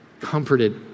comforted